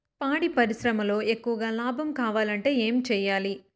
పాడి పరిశ్రమలో ఎక్కువగా లాభం కావాలంటే ఏం చేయాలి?